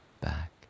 back